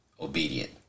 obedient